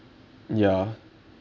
ya